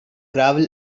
gravel